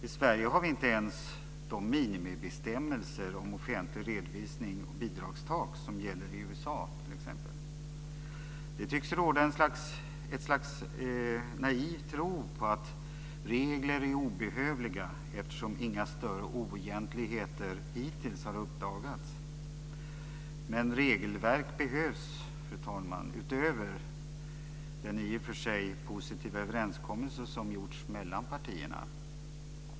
I Sverige har vi inte ens de minimibestämmelser om offentlig redovisning och bidragstak som gäller i t.ex. USA. Det tycks råda ett slags naiv tro på att regler är obehövliga eftersom inga större oegentligheter hittills har uppdagats. Men regelverk behövs, fru talman, utöver den i och för sig positiva överenskommelse som gjorts mellan partierna.